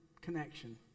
connection